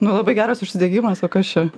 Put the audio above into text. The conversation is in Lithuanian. nu labai geras užsidegimas o kas čia